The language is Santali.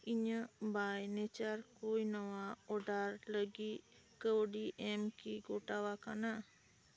ᱤᱧᱟᱹᱜ ᱵᱟᱭ ᱱᱮᱪᱟᱨ ᱠᱩᱭᱱᱚᱣᱟᱜ ᱚᱨᱰᱟᱨ ᱞᱟᱜᱤᱫ ᱠᱟᱣᱰᱤ ᱮᱢ ᱠᱤ ᱜᱚᱴᱟᱣᱟᱠᱟᱱᱟ